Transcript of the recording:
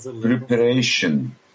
preparation